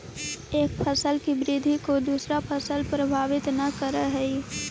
एक फसल की वृद्धि को दूसरा फसल प्रभावित न करअ हई